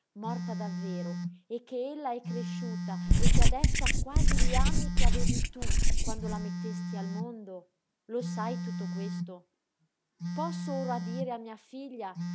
morta davvero e ch'ella è cresciuta e che adesso ha quasi gli anni che avevi tu quando la mettesti al mondo lo sai tutto questo posso ora dire a mia figlia